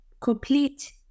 complete